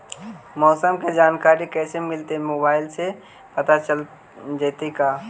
मौसम के जानकारी कैसे मिलतै मोबाईल से पता चल जितै का?